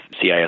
CIS